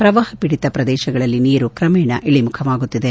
ಪ್ರವಾಹ ಪೀಡಿತ ಪ್ರದೇಶಗಳಲ್ಲಿ ನೀರು ಕ್ರಮೇಣ ಇಳಮುಖವಾಗುತ್ತಿದೆ